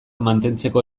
mantentzeko